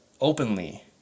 openly